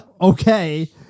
okay